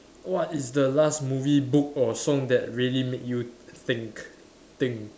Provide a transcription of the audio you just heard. what is the last movie book or song that really make you think think